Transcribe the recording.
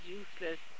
useless